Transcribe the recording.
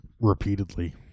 repeatedly